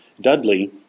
Dudley